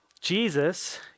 Jesus